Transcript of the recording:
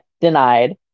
denied